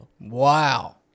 Wow